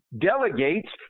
delegates